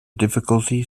difficulties